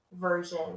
version